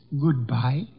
Goodbye